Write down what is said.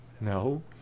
No